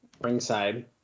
ringside